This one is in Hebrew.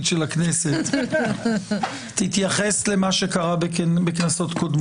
של הכנסת תתייחס למה שקרה בכנסות קודמות.